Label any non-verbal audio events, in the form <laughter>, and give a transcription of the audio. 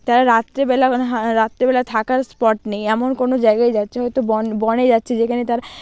তারা রাত্রিবেলা <unintelligible> রাত্রিবেলা থাকার স্পট নেই এমন কোনও জায়গায় যাচ্ছে হয়তো বন বনে যাচ্ছে যেখানে তারা